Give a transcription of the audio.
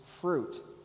fruit